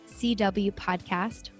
CWPODCAST